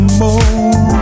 more